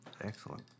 excellent